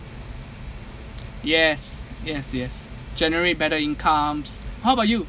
yes yes yes generate better incomes how about you